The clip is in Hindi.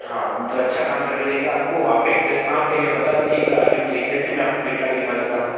हाँ मतलब अच्छा काम करके देंगे आपको आपका एड्रेस कहाँ पर है आप बता दीजिए एक बार आ कर हम देख लेते हैं मैं आपको किट ला कर दिखा देता हूँ